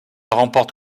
remporte